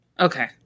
Okay